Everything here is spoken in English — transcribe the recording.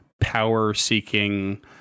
power-seeking